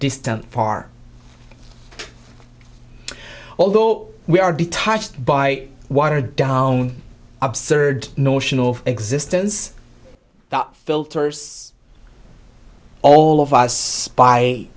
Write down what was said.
distant far although we are detached by watered down absurd notion of existence that filters all of us by